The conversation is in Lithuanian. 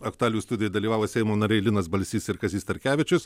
aktualijų studijoje dalyvavo seimo nariai linas balsys ir kazys starkevičius